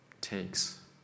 takes